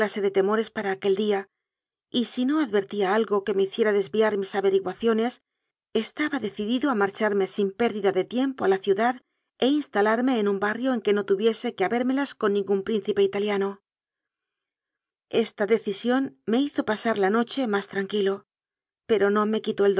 de temores para aquel día y si no advertía algo que me hiciera desviar mis averiguaciones estaba decidido a marcharme sin pérdida de tiem po a la ciudad e instalarme en un barrio en que no tuviese que habérmelas con ningún príncipe ita liano esta decisión me hizo pasar la noche más tranquilo pero no me quitó